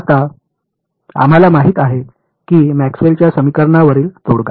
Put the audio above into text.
आता आम्हाला माहित आहे की मॅक्सवेलच्या समीकरणावरील तोडगा